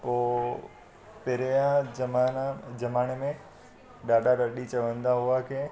उहो पहिरियां ज़माना ज़माने में ॾाॾा ॾाॾी चवंदा हुआ की